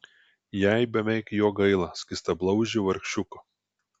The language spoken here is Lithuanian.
jai beveik jo gaila skystablauzdžio vargšiuko